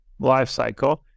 lifecycle